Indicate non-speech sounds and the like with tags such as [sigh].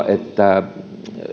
[unintelligible] että